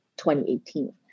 2018